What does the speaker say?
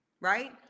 right